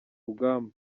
rugamba